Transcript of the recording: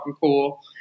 cool